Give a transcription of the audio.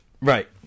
Right